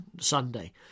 Sunday